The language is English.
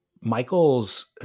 Michael's